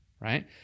right